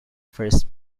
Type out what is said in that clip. first